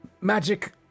magic